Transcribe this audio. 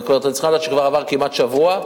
ואתם צריכים לדעת שכבר עבר כמעט שבוע,